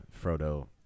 Frodo